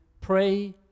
pray